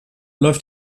läuft